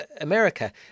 America